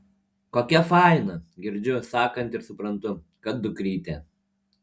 kokia faina girdžiu sakant ir suprantu kad dukrytė